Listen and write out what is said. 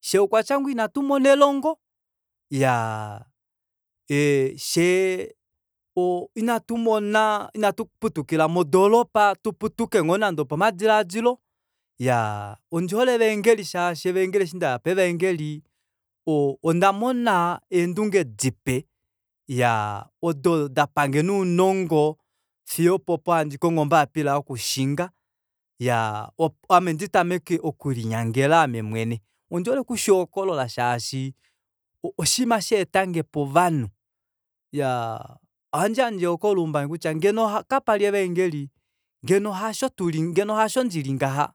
fyee okwatya ngoo ina tumona elongo iyaa fyee ina tuputukila modoropa tuputuke ngoo nande opamadilaadilo iyaa ondihole evaengeli shaashi eshi ndaya pevaengeli o ondamona eendunge dipe iyaa odo dapange nounongo fiyo opopo handi kongo ombapila yokushinga iyaa ame nditameke okulinyangela ame mwene ondihole oku shihokolola shaashi oshinima sha etange povanhu iyaa ohandiyandje ehokololo umbangi kutya ngeno kapali evaengeli ngeno hasho ndili ngaha